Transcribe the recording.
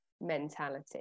mentality